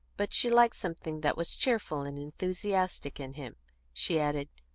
but she liked something that was cheerful and enthusiastic in him she added,